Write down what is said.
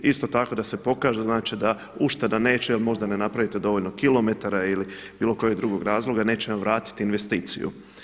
Isto tako da se pokaže, znači da ušteda neće jer ne napravite dovoljno kilometara ili bilo kojeg drugog razloga neće vam vratiti investiciju.